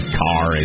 car